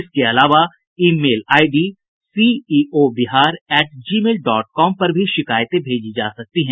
इसके अलावा email ID CEO Bihar at Gmail dot com पर भी शिकायतें भेजी जा सकती हैं